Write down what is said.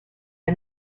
are